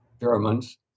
Germans